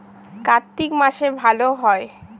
কার্তিক মাসে ভালো হয়?